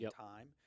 time